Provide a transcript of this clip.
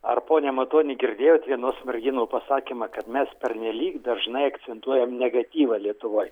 ar pone matoni girdėjot vienos merginų pasakymą kad mes pernelyg dažnai akcentuojam negatyvą lietuvoj